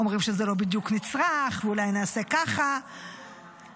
אומרים שזה לא בדיוק נצרך, ואולי נעשה ככה, אממה,